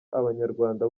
abanyarwanda